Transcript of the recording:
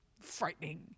frightening